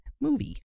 movie